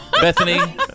Bethany